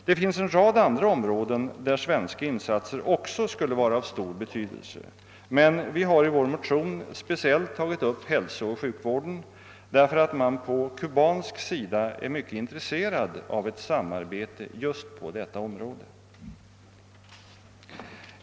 Det finns en rad andra områden där svenska insatser också skulle vara av stor betydelse, men vi har i vår motion speciellt tagit upp hälsooch sjukvården därför att man på kubansk sida är mycket intresserad av ett samarbete just på detta område.